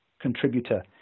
contributor